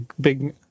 big